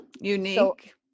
Unique